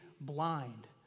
blind